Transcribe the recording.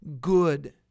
good